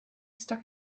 stuck